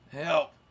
Help